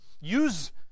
use